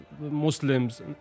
Muslims